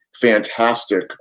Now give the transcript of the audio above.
fantastic